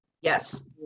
yes